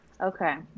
Okay